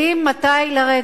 אז גם הגברים יודעים מתי לרדת.